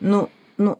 nu nu